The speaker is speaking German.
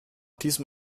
diesem